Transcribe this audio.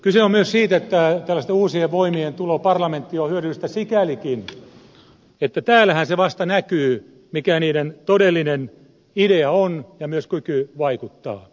kyse on myös siitä että tällaisten uusien voimien tulo parlamenttiin on hyödyllistä sikälikin että täällähän se vasta näkyy mikä niiden todellinen idea on ja myös kyky vaikuttaa